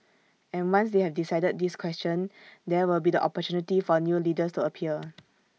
and once they have decided this question there will be the opportunity for new leaders to appear